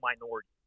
minority